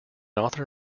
author